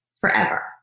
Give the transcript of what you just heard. forever